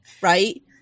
right